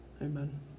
Amen